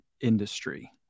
industry